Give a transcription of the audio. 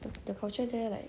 the the culture there like